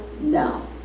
No